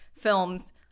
films